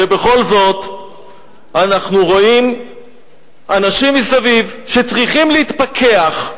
ובכל זאת אנחנו רואים אנשים מסביב שצריכים להתפכח,